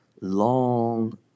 long